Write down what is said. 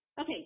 Okay